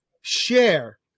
share